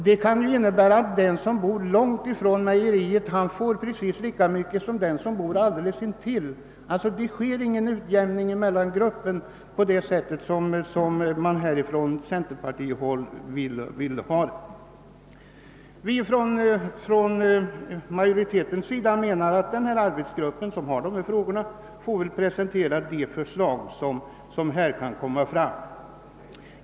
Det kan innebära att den som bor långt från ett mejeri får lika mycket som den som bor alldeles intill. Det sker alltså ingen utjämning mellan grupperna på det sätt som man på centerpartihåll önskar. Vi som utgör majoriteten menar att den arbetsgrupp som utreder dessa frågor bör få presentera de förslag som den kan komma fram till.